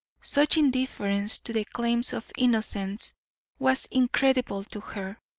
such indifference to the claims of innocence was incredible to her.